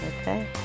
Okay